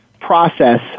process